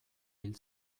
hil